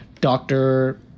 doctor